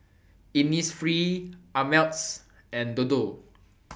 Innisfree Ameltz and Dodo